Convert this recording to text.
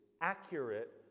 accurate